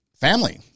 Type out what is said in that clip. family